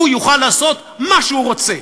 הוא יוכל לעשות מה שהוא רוצה.